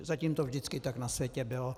Zatím to vždycky tak na světě bylo.